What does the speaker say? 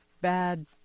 bad